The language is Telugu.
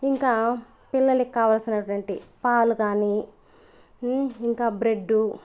ఇంకా పిల్లలకి కావాల్సినటువంటి పాలు గానీ ఇంకా బ్రెడ్డు